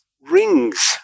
rings